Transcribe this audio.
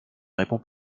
réponds